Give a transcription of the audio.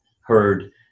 heard